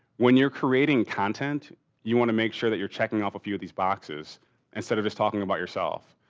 when you're creating content you want to make sure that you're checking off a few of these boxes instead of just talking about yourself.